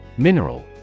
Mineral